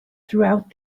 throughout